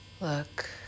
Look